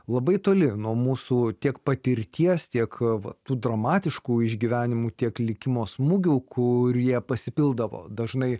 labai toli nuo mūsų tiek patirties tiek va tų dramatiškų išgyvenimų tiek likimo smūgių kurie pasipildavo dažnai